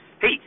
Hey